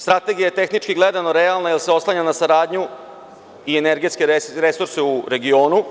Strategija je tehnički gledano realna, jer se oslanja na saradnju i energetske resurse u regionu.